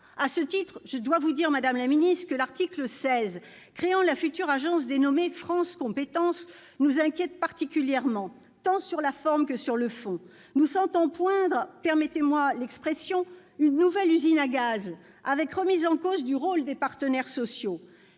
À ce sujet, je dois vous dire, madame la ministre, que l'article 16 créant la future agence dénommée France compétences, nous inquiète particulièrement, tant sur la forme que sur le fond. Nous sentons poindre, permettez-moi l'expression, une nouvelle usine à gaz, avec remise en cause du rôle des partenaires sociaux.